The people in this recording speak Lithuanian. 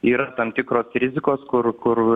yra tam tikros rizikos kur kur